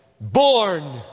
Born